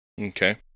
Okay